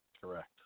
Correct